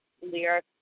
lyric